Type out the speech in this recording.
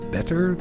Better